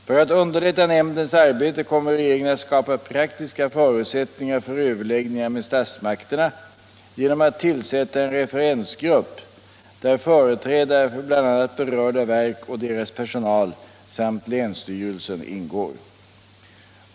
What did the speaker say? För att underlätta nämndens arbete kommer regeringen att skapa praktiska förutsättningar för överläggningar med statsmakterna genom att tillsätta en referensgrupp där företrädare för bl.a. berörda verk och deras personal samt länsstyrel sen ingår.